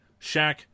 Shaq